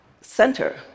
center